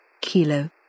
Kilo